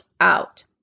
out